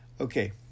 okay